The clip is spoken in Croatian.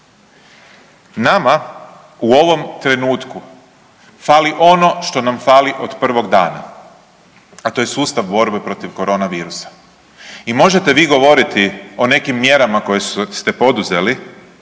Nama u ovom trenutku fali ono što nam fali od prvog dana, a to je sustav borbe protiv korona virusa. I možete vi govoriti o nekim mjerama koje ste poduzeli